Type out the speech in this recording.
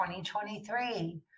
2023